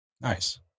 Nice